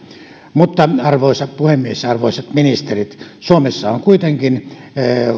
mutta arvoisa puhemies ja arvoisat ministerit suomessa on kuitenkin